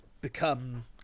become